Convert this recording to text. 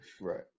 Right